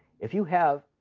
if you have,